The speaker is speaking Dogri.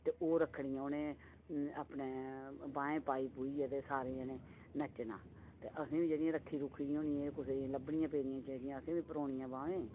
ते ओह् रक्खड़ियां उ'नें अपने बाहें पाइयै पुइयै ते सारें जनें नच्चना ते असें बी जेह्ड़ियां रक्खी रुक्खी दियां होंदियां कुसै लब्भनियां कुदै पेदियां ते असें बी परौनियां बाहें